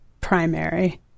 primary